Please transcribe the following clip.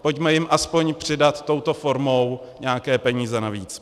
Pojďme jim aspoň přidat touto formou nějaké peníze navíc.